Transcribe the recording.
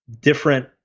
different